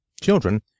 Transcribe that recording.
children